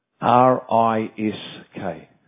R-I-S-K